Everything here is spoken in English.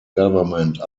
government